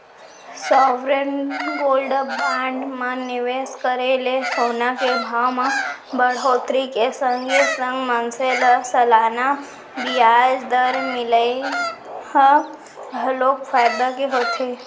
sovereign gold bond म निवेस करे ले सोना के भाव म बड़होत्तरी के संगे संग मनसे ल सलाना बियाज दर मिलई ह घलोक फायदा के होथे